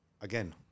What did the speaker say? again